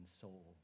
soul